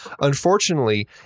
Unfortunately